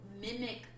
mimic